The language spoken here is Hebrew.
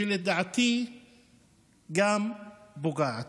ולדעתי גם פוגעת.